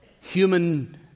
human